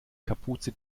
kapuze